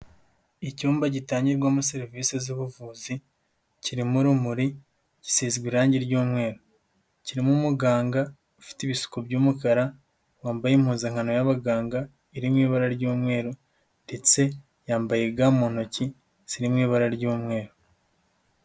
Icyumba gitangirwamo serivisi z'ubuvuzi, kirimo urumuri, gisize irangi ry'umweru. Kirimo umuganga ufite ibisuko by'umukara, wambaye impuzankano y'abaganga iri mu ibara ry'umweru ndetse yambaye ga mu ntoki ziri mu ibara ry'umweru.